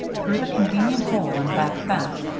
through the convenient hole in the back fence,